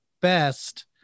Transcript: best